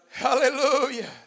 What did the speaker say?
Hallelujah